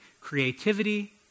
creativity